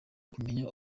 kumenya